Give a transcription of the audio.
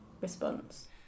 response